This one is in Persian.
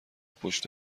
پشت